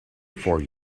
for